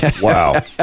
Wow